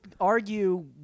argue